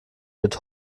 wird